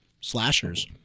slashers